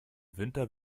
winter